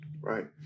Right